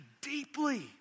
deeply